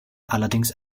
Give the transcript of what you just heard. allerdings